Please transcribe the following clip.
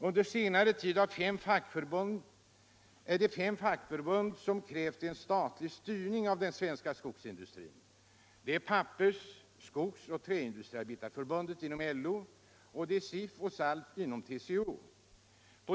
Under senare tid är det fem fackförbund som krävt en statlig styrning av den svenska skogsindustrin. Det är Pappers-, Skogsoch Träindustriarbetarförbunden inom LO, samt SIF och SALF i TCO.